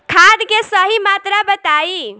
खाद के सही मात्रा बताई?